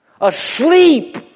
Asleep